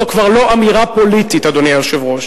זאת כבר לא אמירה פוליטית, אדוני היושב-ראש,